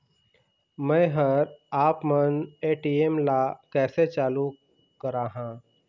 मैं हर आपमन ए.टी.एम ला कैसे चालू कराहां?